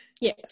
Yes